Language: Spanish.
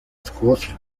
escocia